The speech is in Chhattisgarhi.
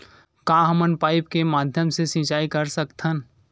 का हमन पाइप के माध्यम से सिंचाई कर सकथन?